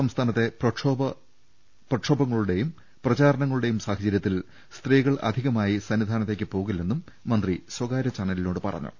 സംസ്ഥാനത്തെ പ്രക്ഷോപങ്ങ ളുടേയും പ്രചാരണങ്ങളുടേയും സാഹചര്യത്തിൽ സ്ത്രീകൾ അധികമായി സന്നിധാനത്തേക്ക് പോകില്ലെന്നും മന്ത്രി സ്വകാര്യ ചാനലിനോട് പറഞ്ഞു